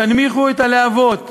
תנמיכו את הלהבות.